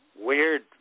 weird